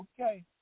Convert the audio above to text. okay